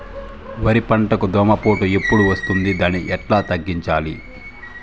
వరి పంటకు దోమపోటు ఎప్పుడు వస్తుంది దాన్ని ఎట్లా తగ్గించాలి?